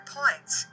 points